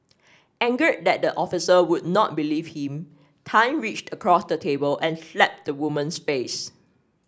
angered that the officer would not believe him Tan reached across the table and slapped the woman's face